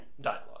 dialogue